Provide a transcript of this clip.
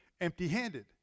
empty-handed